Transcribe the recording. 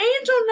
angel